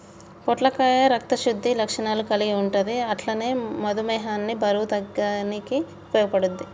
పొట్లకాయ రక్త శుద్ధి లక్షణాలు కల్గి ఉంటది అట్లనే మధుమేహాన్ని బరువు తగ్గనీకి ఉపయోగపడుద్ధి